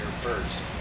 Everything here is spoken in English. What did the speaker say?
first